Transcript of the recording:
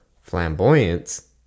flamboyance